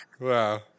Wow